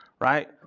Right